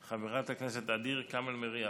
חברת הכנסת ע'דיר כמאל מריח,